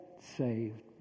saved